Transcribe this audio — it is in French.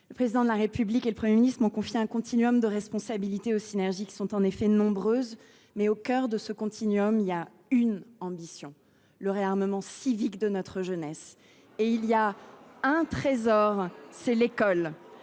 Le Président de la République et le Premier ministre m’ont confié un continuum de responsabilités aux synergies nombreuses. Au cœur de ce continuum, il y a une ambition, à savoir le réarmement civique de notre jeunesse et il y a un trésor, c’est l’école.